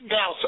Now